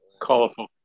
colorful